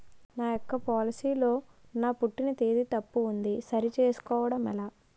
నా యెక్క పోలసీ లో నా పుట్టిన తేదీ తప్పు ఉంది సరి చేసుకోవడం ఎలా?